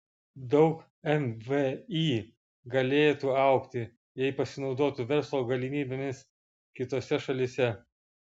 daug mvį galėtų augti jei pasinaudotų verslo galimybėmis kitose šalyse